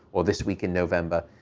or this week in november.